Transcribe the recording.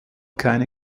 keine